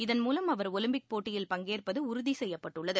இதன்மூவம் அவர் ஒலிம்பிக் போட்டியில் பங்கேற்பதுஉறுதிசெய்யப்பட்டுள்ளது